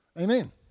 amen